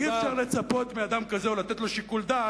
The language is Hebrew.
אי-אפשר לצפות מאדם כזה או לתת לו שיקול דעת,